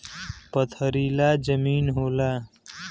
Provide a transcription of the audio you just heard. पथरीला जमीन होला